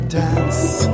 dance